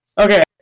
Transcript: Okay